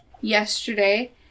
yesterday